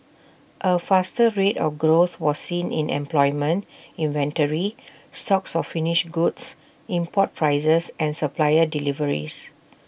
A faster rate of growth was seen in employment inventory stocks of finished goods import prices and supplier deliveries